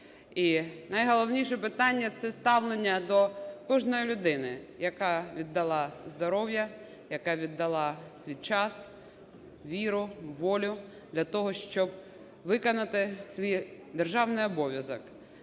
І найголовніше питання – це ставлення до кожної людини, яка віддала здоров'я, яка віддала свій час, віру, волю для того, щоб виконати свій державний обов'язок,